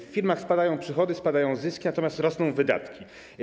W firmach spadają przychody, spadają zyski, natomiast rosną wydatki.